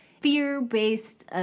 fear-based